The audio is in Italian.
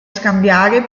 scambiare